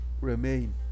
remain